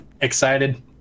Excited